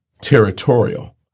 territorial